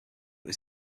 was